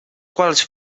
quals